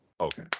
Okay